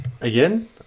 again